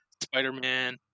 Spider-Man